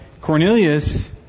Cornelius